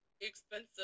Expensive